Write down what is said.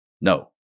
no